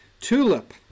TULIP